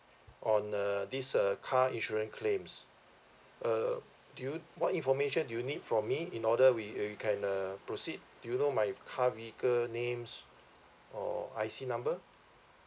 on uh this uh car insurance claims uh do you what information you need for me in order we we can uh proceed do you know my car vehicle names or I_C number